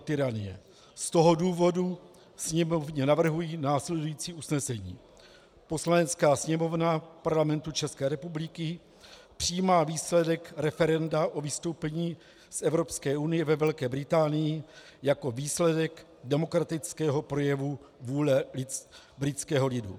Z tohoto důvodu Sněmovně navrhuji následující usnesení: Poslanecká sněmovna Parlamentu České republiky přijímá výsledek referenda o vystoupení z Evropské unie ve Velké Británii jako výsledek demokratického projevu vůle britského lidu.